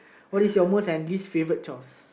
what is your most and least favourite chores